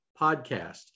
podcast